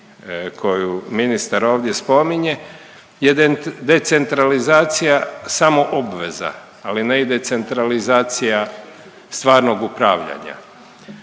koju ministar ovdje spominje, je decentralizacija samo obveza ali ne i decentralizacija stvarnog upravljanja,